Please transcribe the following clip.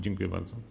Dziękuję bardzo.